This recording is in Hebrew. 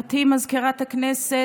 גברתי מזכירת הכנסת,